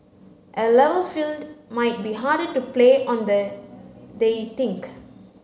a level field might be harder to play on they they think